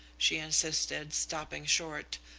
she insisted, stopping short,